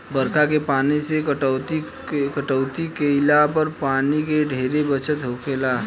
बरखा के पानी से पटौनी केइला पर पानी के ढेरे बचत होखेला